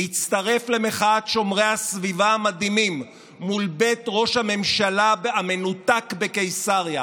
נצטרף למחאת שומרי הסביבה המדהימים מול בית ראש הממשלה המנותק בקיסריה,